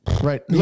Right